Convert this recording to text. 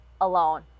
alone